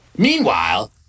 Meanwhile